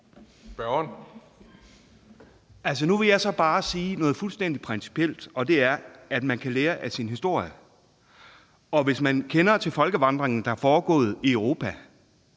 nu vil jeg bare sige noget fuldstændig principielt, og det er, at man kan lære af sin historie. Hvis man kender til de folkevandringer, der er foregået i Europa